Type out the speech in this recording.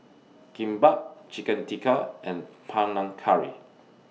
Kimbap Chicken Tikka and Panang Curry